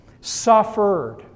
Suffered